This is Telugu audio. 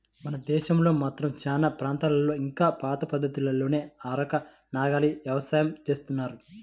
మన దేశంలో మాత్రం చానా ప్రాంతాల్లో ఇంకా పాత పద్ధతుల్లోనే అరక, నాగలి యవసాయం జేత్తన్నారు